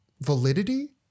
validity